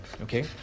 okay